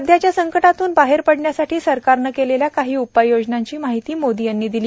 सध्याच्या संकटातून बाहेर पडण्यासाठी सरकारने केलेल्या काही उपाययोजनांची माहिती मोदी यांनी दिली